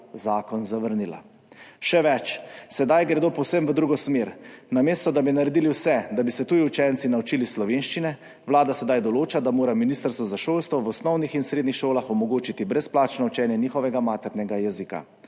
zakon zavrnila. Še več, sedaj gredo povsem v drugo smer, namesto da bi naredili vse, da bi se tuji učenci naučili slovenščine, Vlada sedaj določa, da mora ministrstvo za šolstvo v osnovnih in srednjih šolah omogočiti brezplačno učenje njihovega maternega jezika.